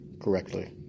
correctly